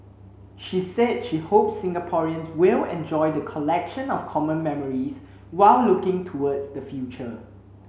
she said she hopes Singaporeans will enjoy the collection of common memories while looking towards the future